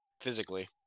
physically